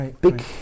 big